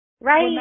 Right